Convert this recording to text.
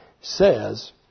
says